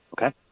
okay